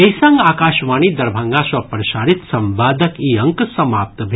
एहि संग आकाशवाणी दरभंगा सँ प्रसारित संवादक ई अंक समाप्त भेल